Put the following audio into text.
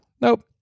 Nope